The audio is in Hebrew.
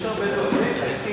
נתקבל.